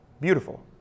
beautiful